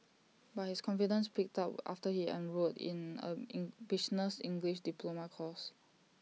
but his confidence picked up after he enrolled in A in business English diploma course